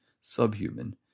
subhuman